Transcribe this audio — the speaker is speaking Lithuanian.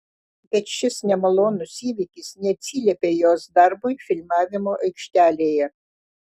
bet šis nemalonus įvykis neatsiliepė jos darbui filmavimo aikštelėje